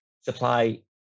supply